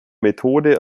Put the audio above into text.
methode